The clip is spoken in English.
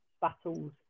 battles